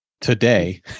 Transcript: today